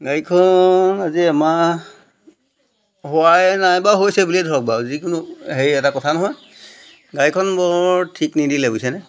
গাড়ীখন আজি এমাহ হোৱাই নাই বা হৈছে বুলিয়ে ধৰক বাৰু যিকোনো হেৰি এটা কথা নহয় গাড়ীখন বৰ ঠিক নিদিলে বুইছেনে